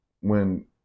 when-